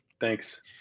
Thanks